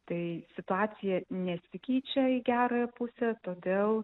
tai situacija nesikeičia į gerąją pusę todėl